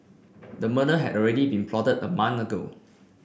the murder had already been plotted a month ago